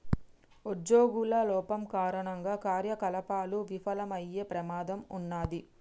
ఉజ్జోగుల లోపం కారణంగా కార్యకలాపాలు విఫలమయ్యే ప్రమాదం ఉన్నాది